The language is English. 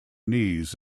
knees